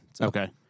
okay